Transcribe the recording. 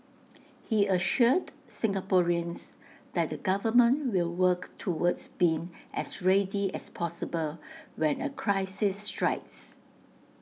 he assured Singaporeans that the government will work towards being as ready as possible when A crisis strikes